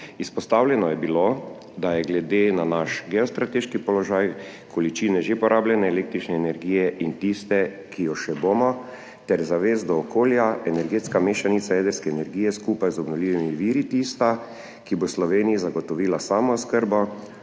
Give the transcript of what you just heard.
Izpostavljeno je bilo, da je glede na naš geostrateški položaj količine že porabljene električne energije in tiste, ki jo še bomo, ter zavest do okolja energetska mešanica jedrske energije skupaj z obnovljivimi viri tista, ki bo Sloveniji zagotovila samooskrbo,